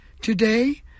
Today